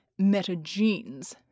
metagenes